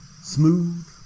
Smooth